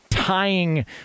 Tying